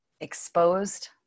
exposed